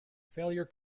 failure